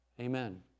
amen